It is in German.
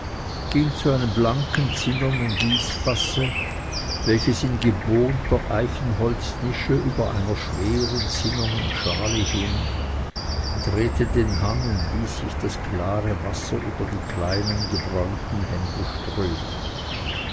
ging zu einem blanken zinnernen gießfasse welches in gebohnter eichenholznische über einer schweren zinnernen schale hing drehte den hahn und ließ sich das klare wasser über die kleinen gebräunten hände strömen